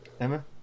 Emma